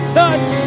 touch